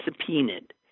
subpoenaed